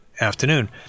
afternoon